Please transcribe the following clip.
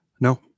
No